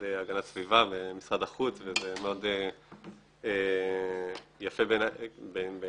להגנת הסביבה ומשרד החוץ וזה מאוד יפה בעיניי,